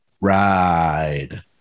ride